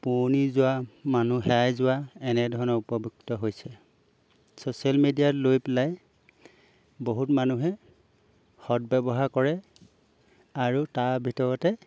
পুৰণি যোৱা মানুহ হেৰাই যোৱা এনেধৰণে উপভুক্ত হৈছে ছ'চিয়েল মিডিয়াত লৈ পেলাই বহুত মানুহে সদব্যৱহাৰ কৰে আৰু তাৰ ভিতৰতে